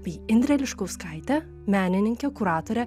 bei indrę liškauskaitę menininkę kuratorę